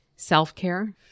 Self-care